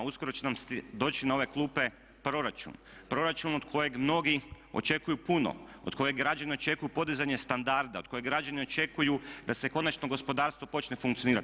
Uskoro će nam doći na ove klupe proračun, proračun od kojeg mnogi očekuju puno, od kojeg građani očekuju podizanje standarda, od kojeg građani očekuju da se konačno gospodarstvo počne funkcionirati.